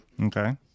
Okay